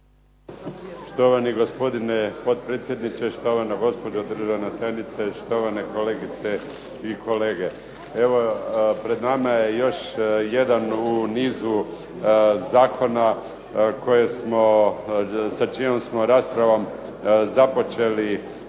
Štovani gospodine potpredsjedniče, štovana gospođo državna tajnice, štovane kolegice i kolege. Evo pred nama još jedan u nizu zakona sa čijom smo raspravom započeli jučer,